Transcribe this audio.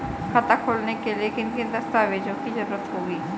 खाता खोलने के लिए किन किन दस्तावेजों की जरूरत होगी?